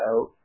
out